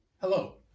Hello